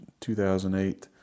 2008